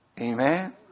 Amen